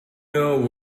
know